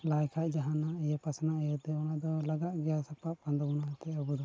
ᱞᱟᱭ ᱠᱷᱟᱱ ᱡᱟᱦᱟᱱᱟᱜ ᱤᱭᱟᱹ ᱯᱟᱥᱱᱟᱣ ᱤᱭᱟᱹᱛᱮ ᱚᱱᱟ ᱫᱚ ᱞᱟᱜᱟᱜ ᱜᱮᱭᱟ ᱥᱟᱯᱟᱵ ᱠᱟᱱ ᱛᱟᱵᱚᱱᱟ ᱚᱱᱟᱛᱮ ᱟᱵᱚ ᱫᱚ